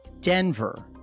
Denver